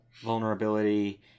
vulnerability